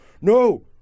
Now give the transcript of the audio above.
no